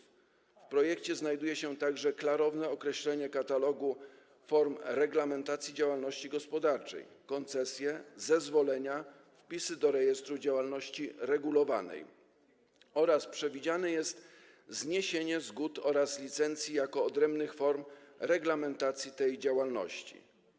W projekcie znajduje się także klarowne określenie katalogu form reglamentacji działalności gospodarczej - koncesje, zezwolenia, wpisy do rejestru działalności regulowanej - oraz przewidziane jest zniesienie zgód oraz licencji jako odrębnych form reglamentacji tej działalności.